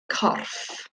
corff